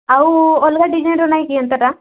ଆଉ ଅଲଗା ଡିଜାଇନ୍ର ନାହିଁ କି ଏନ୍ତାଟା